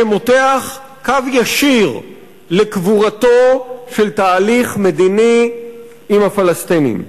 שמותח קו ישיר לקבורתו של תהליך מדיני עם הפלסטינים.